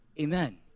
Amen